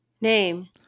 name